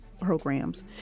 programs